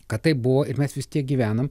kad taip buvo ir mes vis tiek gyvenam